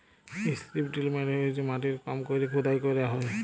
strip drill মালে হইসে মাটির কম কইরে খুদাই ক্যইরা হ্যয়